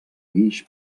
guix